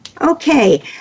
Okay